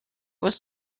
was